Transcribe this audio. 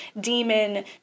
demon